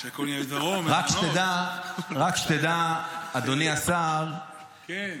רק שתדע, אדוני השר -- כן.